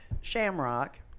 shamrock